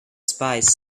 spies